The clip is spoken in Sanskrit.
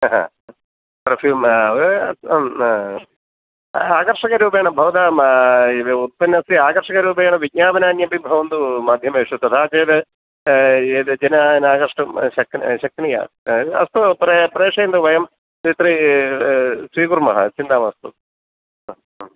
हा पर्फ़्यूम् आकर्षकरूपेण भवतां उत्पन्नस्य आकर्षकरूपेण विज्ञापनान्यपि भवन्तु माध्यमेषु तथा चेत् यद् जनान् आकृष्टुं शक् शक्नीया अस्तु प्र प्रेषयन्तु वयं द्वित्रि स्वीकुर्मः चिन्ता मास्तु